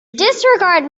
disregard